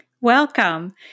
welcome